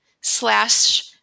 slash